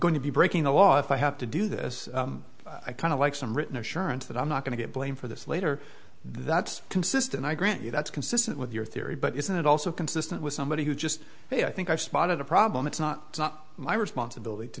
going to be breaking the law if i have to do this i kind of like some written assurance that i'm not going to get blamed for this later that's consistent i grant you that's consistent with your theory but isn't it also consistent with somebody who just may i think are spot of the problem it's not it's not my responsibility to